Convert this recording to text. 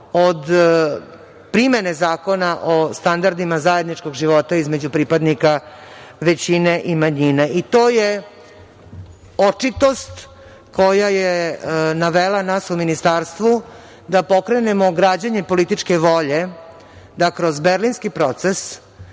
od primene zakona o standardima zajedničkog života između pripadnika većine i manjine. To je očitost koja je navela nas u ministarstvu da pokrenemo građenje političke volje da kroz Berlinski proces